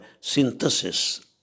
synthesis